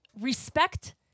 respect